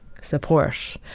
support